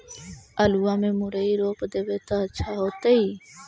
आलुआ में मुरई रोप देबई त अच्छा होतई?